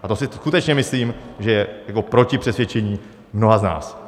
A to si skutečně myslím, že je proti přesvědčení mnoha z nás.